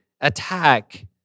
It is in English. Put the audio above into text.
attack